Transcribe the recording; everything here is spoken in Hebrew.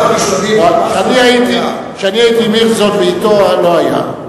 כשאני הייתי עם הירשזון, ואתו לא היה.